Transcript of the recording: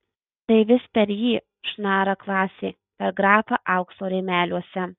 tai vis per jį šnara klasė per grafą aukso rėmeliuose